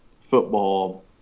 football